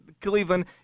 Cleveland